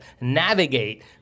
navigate